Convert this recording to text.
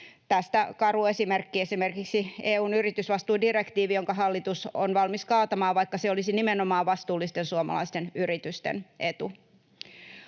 Tästä karu esimerkki on esimerkiksi EU:n yritysvastuudirektiivi, jonka hallitus on valmis kaatamaan, vaikka se olisi nimenomaan vastuullisten suomalaisten yritysten etu.